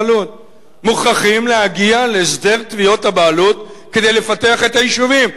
מוכרחים להגיע להסדר תביעות הבעלות כדי לפתח את היישובים.